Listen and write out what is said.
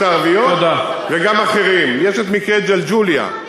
הערביות וגם אחרים: יש מקרה ג'לג'וליה,